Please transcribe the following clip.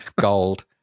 Gold